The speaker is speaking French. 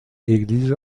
église